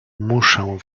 muszę